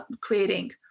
creating